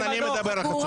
כן, אני מדבר על חצופים.